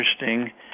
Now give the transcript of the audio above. interesting